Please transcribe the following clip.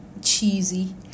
cheesy